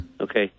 Okay